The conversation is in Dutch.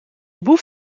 boef